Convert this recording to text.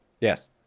Yes